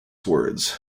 words